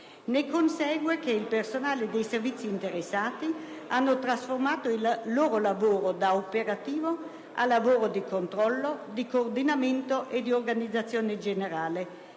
ne consegue che il personale dei servizi interessati ha trasformato il proprio lavoro da operativo a lavoro di controllo, di coordinamento e di organizzazione generale.